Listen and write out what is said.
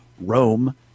Rome